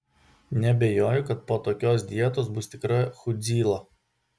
nebejoju kad po tokios dietos bus tikra chudzyla